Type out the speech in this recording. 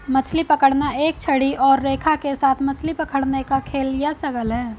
मछली पकड़ना एक छड़ी और रेखा के साथ मछली पकड़ने का खेल या शगल है